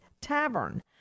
Tavern